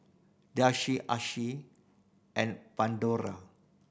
Delsey Asahi and Pandora